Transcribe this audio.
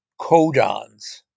codons